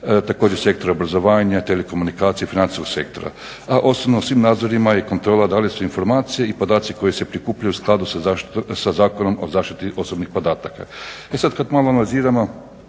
također sektor obrazovanja, telekomunikacije financijskog sektora. A osobno o svim nadzorima i kontrola da li su informacije i podaci koji se prikupljaju u skladu sa Zakonom o zaštiti osobnih podataka. E sad kad malo nadziremo,